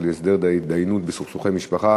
להסדר התדיינויות בסכסוכי משפחה